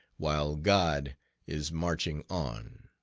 while god is marching on.